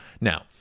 Now